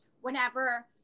whenever